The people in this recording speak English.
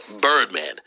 Birdman